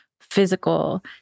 physical